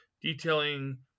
detailing